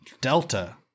Delta